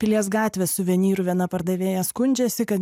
pilies gatvės suvenyrų viena pardavėja skundžiasi kad